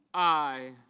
i.